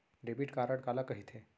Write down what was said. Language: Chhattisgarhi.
डेबिट कारड काला कहिथे?